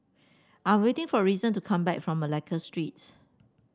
I'm waiting for Reason to come back from Malacca Street